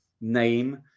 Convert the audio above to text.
name